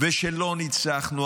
ושלא ניצחנו.